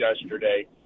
yesterday